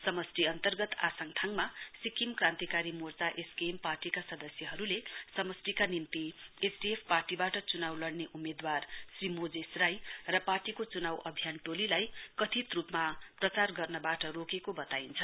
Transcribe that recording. समस्टि अन्तर्गत आसाङ याङमा सिक्किम क्रान्तिकारी मोर्चाएसकेएम पार्टीका सदस्यहरुले समस्टिका निम्ति एसडिएफ पार्टी चुनाउ लड्ने उम्मेदवार श्री मोजेस राई र पार्टीको चुनाउ अभियान टोलीलाई कथित रुपमा प्रचार गर्नवाट रोकेको वताइन्छ